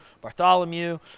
Bartholomew